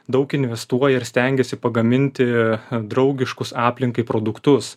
daug investuoja ir stengiasi pagaminti draugiškus aplinkai produktus